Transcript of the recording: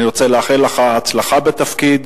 אני רוצה לאחל לך הצלחה בתפקיד,